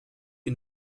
est